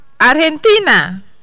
Argentina